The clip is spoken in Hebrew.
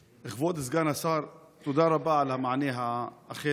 סגן השר, תודה רבה על המענה המפורט,